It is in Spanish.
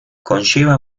conlleva